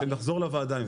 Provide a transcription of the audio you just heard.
שנחזור לוועדה עם זה.